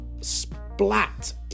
splat